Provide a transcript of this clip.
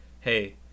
hey